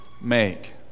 make